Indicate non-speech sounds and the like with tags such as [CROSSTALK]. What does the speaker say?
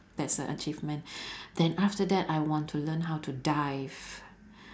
that's an achievement [BREATH] then after that I want to learn how to dive